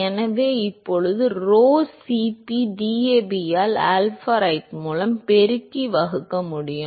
எனவே இப்போது Rho Cp DAB ஆல் ஆல்பா ரைட் மூலம் பெருக்கி வகுக்க முடியும்